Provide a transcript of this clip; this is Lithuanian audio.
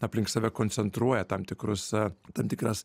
aplink save koncentruoja tam tikrus tam tikras